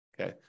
Okay